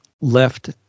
left